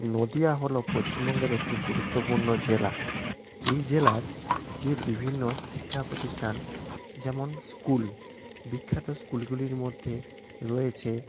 নদিয়া হল পশ্চিমবঙ্গের একটি গুরুত্বপূর্ণ জেলা এই জেলার যে বিভিন্ন শিক্ষা প্রতিষ্ঠান যেমন স্কুল বিখ্যাত স্কুলগুলির মধ্যে রয়েছে